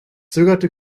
zögerte